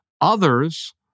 Others